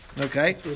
okay